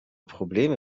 probleme